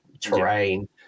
terrain